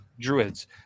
Druids